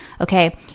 Okay